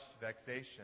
vexation